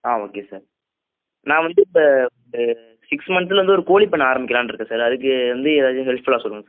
ஆ okay sir நான் வந்து இப்போ சிக்ஸ் மன்த்லிருந்து ஒரு கோழிப் பண்ணை ஆரம்பிக்கிலாம்னு இருக்கேன் சார் அதுக்கு வந்து எதாவது ஹெல்ப்ஃபுல்லாக சொல்லுங்கள் சார்